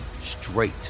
straight